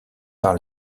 par